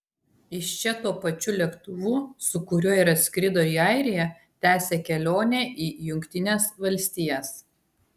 iš čia tuo pačiu lėktuvu su kuriuo ir atskrido į airiją tęsia kelionę į jungtines valstijas